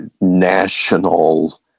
national